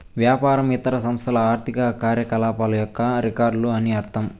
వ్యాపారం ఇతర సంస్థల ఆర్థిక కార్యకలాపాల యొక్క రికార్డులు అని అర్థం